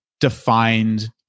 defined